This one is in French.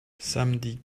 samedi